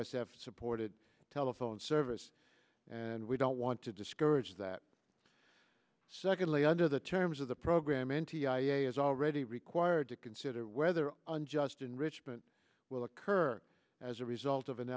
have supported telephone service and we don't want to discourage that secondly under the terms of the program n t i a is already required to consider whether unjust enrichment will occur as a result of an